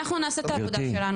אנחנו נעשה את העבודה שלנו,